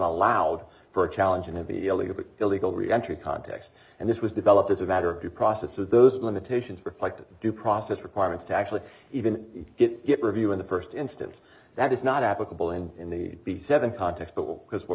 allowed for challenging to be illegal but illegal reentry context and this was developed as a matter of due process so those limitations reflected due process requirements to actually even get it review in the st instance that is not applicable in in the b seven context but will because what